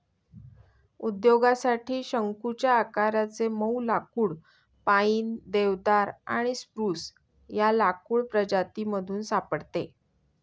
उद्योगासाठी शंकुच्या आकाराचे मऊ लाकुड पाईन, देवदार आणि स्प्रूस या लाकूड प्रजातीमधून सापडते